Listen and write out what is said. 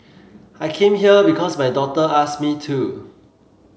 I came here because my daughter asked me to